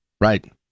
Right